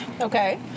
Okay